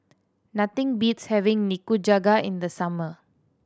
nothing beats having Nikujaga in the summer